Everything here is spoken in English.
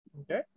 Okay